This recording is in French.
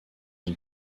une